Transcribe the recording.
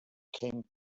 came